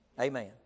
Amen